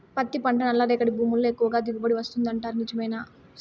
పత్తి పంట నల్లరేగడి భూముల్లో ఎక్కువగా దిగుబడి వస్తుంది అంటారు నిజమేనా